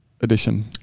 edition